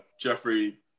Jeffrey